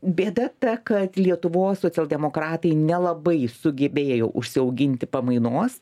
bėda ta kad lietuvos socialdemokratai nelabai sugebėjo užsiauginti pamainos